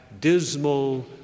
dismal